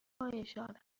هایشان